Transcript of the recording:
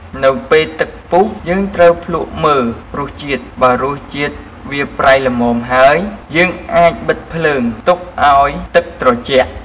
នៅពេលទឹកពុះ យើងត្រូវភ្លក្សមើលរសជាតិ បើរសជាតិវាប្រៃល្មមហើយយើងអាចបិទភ្លើង ទុកឱ្យទឹកត្រជាក់។